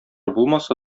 булмаса